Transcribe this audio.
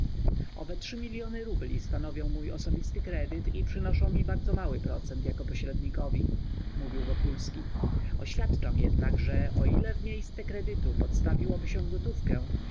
anglik owe trzy miliony rubli stanowią mój osobisty kredyt i przynoszą mi bardzo mały procent jako pośrednikowi mówił wokulski oświadczam jednak że o ile w miejsce kredytu podstawiłoby się gotówkę